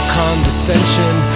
condescension